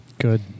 Good